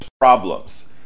problems